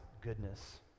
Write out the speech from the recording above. goodness